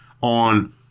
on